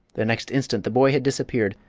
the next instant the boy had disappeared,